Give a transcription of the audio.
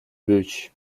bush